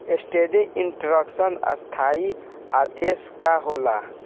Standing instruction स्थाई आदेश का होला?